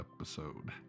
episode